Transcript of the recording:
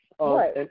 Right